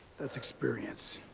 that's experience.